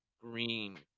green